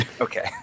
Okay